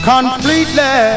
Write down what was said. Completely